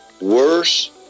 worse